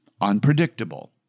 unpredictable